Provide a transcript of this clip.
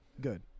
Good